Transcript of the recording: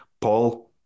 Paul